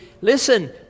listen